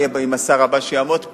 מה יהיה עם השר הבא שיעמוד פה?